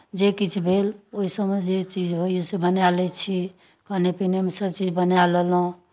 जे किछु भेल ओहिसभमे जे चीज होइए से बनाए लैत छी खाने पीनेमे सभचीज बना लेलहुँ